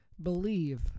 believe